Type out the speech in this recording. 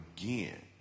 again